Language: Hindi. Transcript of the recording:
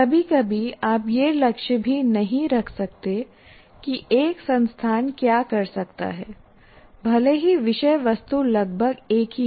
कभी कभी आप यह लक्ष्य भी नहीं रख सकते कि एक संस्थान क्या कर सकता है भले ही विषय वस्तु लगभग एक ही हो